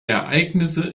ereignisse